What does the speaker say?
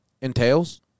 entails